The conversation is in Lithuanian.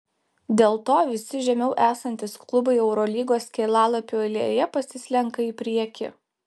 dėl to visi žemiau esantys klubai eurolygos kelialapių eilėje pasislenka į priekį